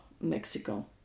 Mexico